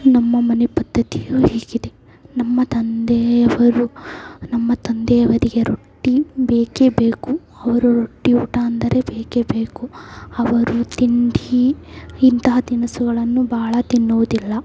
ನಮ್ಮ ಮನೆ ಪದ್ಧತಿಯು ಹೀಗಿದೆ ನಮ್ಮ ತಂದೆಯವರು ನಮ್ಮ ತಂದೆಯವರಿಗೆ ರೊಟ್ಟಿ ಬೇಕೇ ಬೇಕು ಅವರು ರೊಟ್ಟಿ ಊಟ ಅಂದರೆ ಬೇಕೇ ಬೇಕು ಅವರು ತಿಂಡಿ ಇಂತಹ ತಿನಿಸುಗಳನ್ನು ಬಹಳ ತಿನ್ನುವುದಿಲ್ಲ